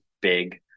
big